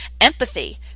empathy